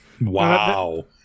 Wow